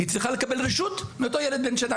היא צריכה לקבל רשות מאותו ילד בן שנה,